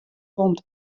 komt